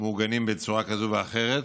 מעוגנים בצורה כזאת או אחרת.